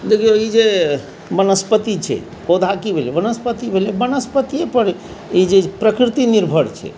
देखियौ इ जे वनस्पति छै पौधा की भेलै वनस्पतियेपर ई जे प्रकृति निर्भर छै